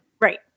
right